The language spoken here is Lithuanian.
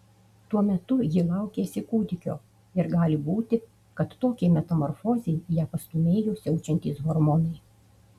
tuo metu ji laukėsi kūdikio ir gali būti kad tokiai metamorfozei ją pastūmėjo siaučiantys hormonai